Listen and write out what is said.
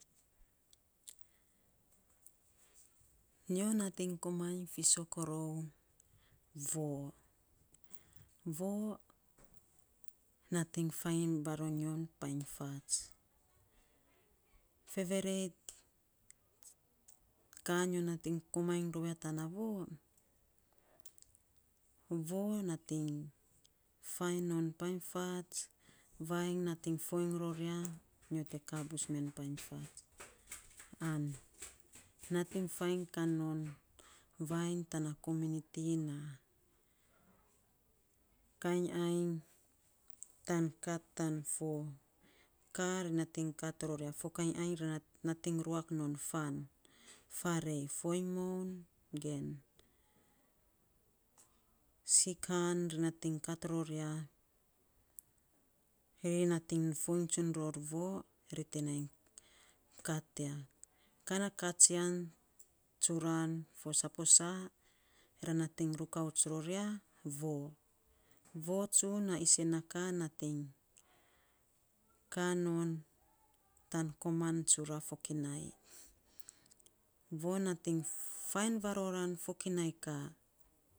nyo natiny komainy fiisok rou, fo voo natiny fainy varonyo painy fats. Feveret ka nyo natiny komainy rou ya tana voo. Voo natiny faan non painy faats. Vainy natiny foiny ror ya. Nyo te ka bus men painy fats natiny iny faan kainy kat ror ya, fo kainy ainy natiny ruak non fan, faarei foiny moun, kan ri nat iny kat ro ya. Ri natiny foiny tsun ro voo te nainy kat ya, voo tsun, a isen na ka natiny kaaa non tan koman tsura. Voo natiny fainy varora fokinai ka.